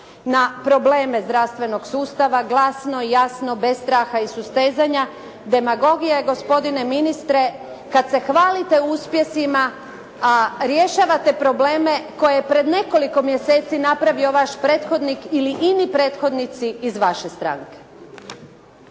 na probleme zdravstvenog sustava, glasno i jasno bez straha i susprezanja demagogija je, gospodine ministre kad se hvalite uspjesima, a rješavate probleme koje je pred nekoliko mjeseci napravio vaš prethodnik ili ini prethodnici iz vaše stranke.